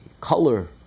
color